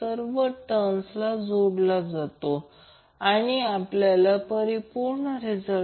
तर जेव्हा ω t 90° असेल तेव्हा I Im असेल